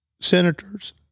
senators